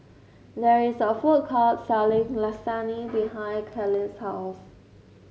there is a food court selling Lasagne behind Kailey's house